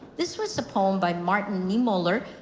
this was a poem by martin niemoller.